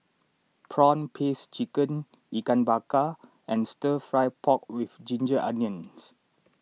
Prawn Paste Chicken Ikan Bakar and Stir Fry Pork with Ginger Onions